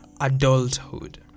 adulthood